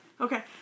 okay